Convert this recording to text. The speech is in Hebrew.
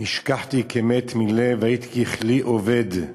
"נשכחתי כְּמֵת מלב הייתי ככלי אֹבֵד".